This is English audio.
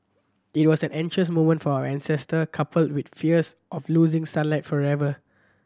it was an anxious moment for our ancestor coupled with fears of losing sunlight forever